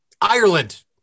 Ireland